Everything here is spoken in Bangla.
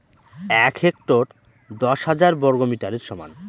এক হেক্টর দশ হাজার বর্গমিটারের সমান